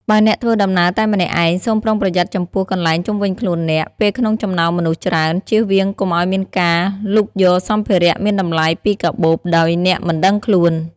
បើអ្នកធ្វើដំណើរតែម្នាក់ឯង សូមប្រុងប្រយ័ត្នចំពោះកន្លែងជុំវិញខ្លួនអ្នក ពេលក្នុងចំណោមមនុស្សច្រើន ចៀសវាងកុំឱ្យមានការលូកយកសម្ភារៈមានតម្លៃពីកាបូបដោយអ្នកមិនដឹងខ្លួន។